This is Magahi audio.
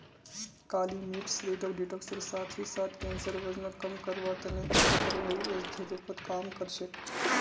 काली मिर्च शरीरक डिटॉक्सेर साथ ही साथ कैंसर, वजनक कम करवार तने एकटा प्रभावी औषधिर रूपत काम कर छेक